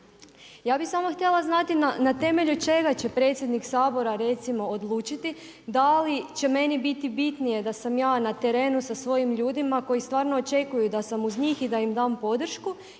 Ja bih samo htjela znati na temelju čega će predsjednik Sabora recimo odlučiti da li će meni biti bitnije da sam ja na terenu sa svojim ljudima koji stvarno očekuju da sam uz njih i da im dam podršku